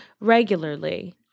regularly